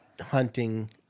hunting